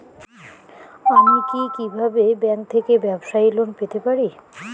আমি কি কিভাবে ব্যাংক থেকে ব্যবসায়ী লোন পেতে পারি?